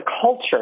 culture